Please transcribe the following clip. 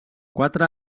quatre